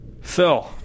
Phil